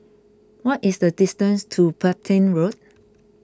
what is the distance to Petain Road